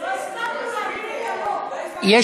לא הספקנו להגיד את ה"לא".